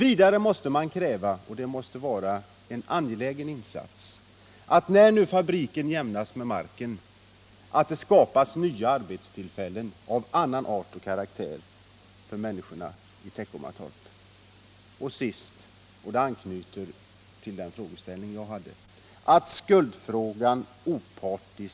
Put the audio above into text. Kravet att fabriken skall jämnas med marken medför också att man — Nr 7 måste kräva att det skapas nya arbetstillfällen av annan art och karaktär Torsdagen den för människorna i Teckomatorp, och detta måste betraktas som en an 13 oktober 1977 gelägen insats. Tap ösaisrs pt Slutligen kräver man att skuldfrågan opartiskt utreds.